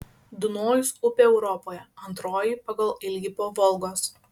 dunojus upė europoje antroji pagal ilgį po volgos